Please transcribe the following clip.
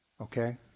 okay